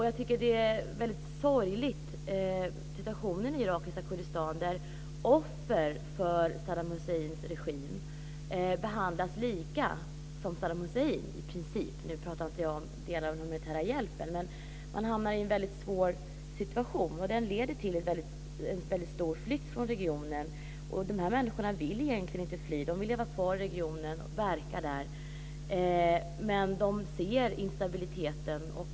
Jag tycker att situationen i irakiska Kurdistan är väldigt sorglig. Offer för Saddam Husseins regim behandlas i princip lika som Saddam Hussein. Nu pratar jag inte om delar av den humanitära hjälpen, men man hamnar i en väldigt svår situation, och den leder till en väldigt stor flykt från regionen. De här människorna vill egentligen inte fly. De vill vara kvar i regionen och verka där, men de ser instabiliteten.